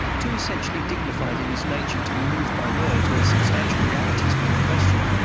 too essentially dignified in his nature to be moved by words where substantial realities were in question,